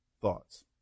thoughts